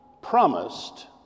promised